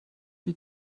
wie